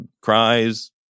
cries